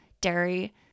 dairy